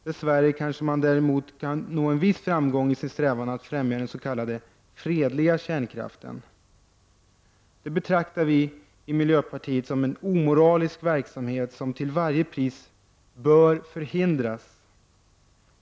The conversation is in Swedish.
Dess värre kanske man däremot kan nå viss framgång i sin strävan att främja den s.k. fredliga kärnkraften. Detta betraktar vi i miljöpartiet som en omoralisk verksamhet som till varje pris bör förhindras.